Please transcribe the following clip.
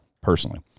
personally